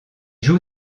joue